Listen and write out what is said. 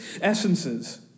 essences